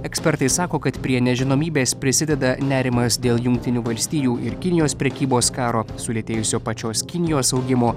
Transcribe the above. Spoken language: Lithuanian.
ekspertai sako kad prie nežinomybės prisideda nerimas dėl jungtinių valstijų ir kinijos prekybos karo sulėtėjusio pačios kinijos augimo